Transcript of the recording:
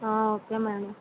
okay madam